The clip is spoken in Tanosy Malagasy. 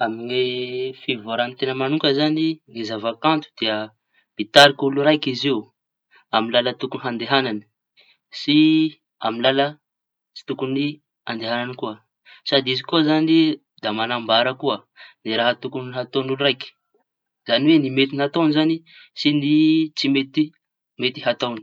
Amin'ny fivoarañy teña manokañy zañy, ny zava kanto dia mitariky olo raiky izy io amy lala tokoñy handehañany sy amy lala tsy tokoñy handehañany koa. Sady izy koa zañy da mañambara koa ny raha tokoñy hataoñy olo raiky zañy hoe ny mety hataoñy zañy sy ny tsy mety hataoñy.